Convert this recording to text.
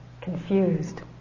confused